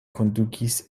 kondukis